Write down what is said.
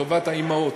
טובת האימהות,